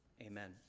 amen